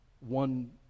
one